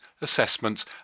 assessments